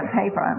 paper